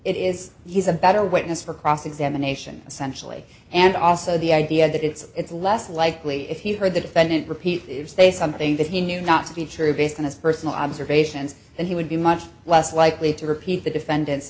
it is he's a better witness for cross examination essentially and also the idea that it's less likely if you heard the defendant repeat if say something that he knew not to be true based on his personal observations and he would be much less likely to repeat the defendant